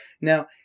Now